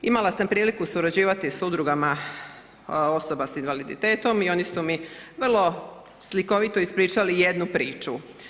Imala sam priliku surađivati s udrugama osoba s invaliditetom i oni su mi vrlo slikovito ispričali jednu priču.